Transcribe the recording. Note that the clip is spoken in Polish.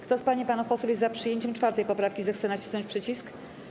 Kto z pań i panów posłów jest za przyjęciem 4. poprawki, zechce nacisnąć przycisk.